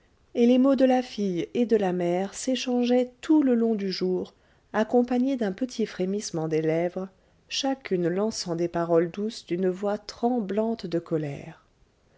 et les mots de ma fille et de ma mère s'échangeaient tout le long du jour accompagnés d'un petit frémissement des lèvres chacune lançant des paroles douces d'une voix tremblante de colère